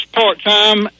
part-time